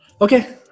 Okay